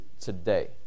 today